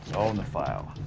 all in the file.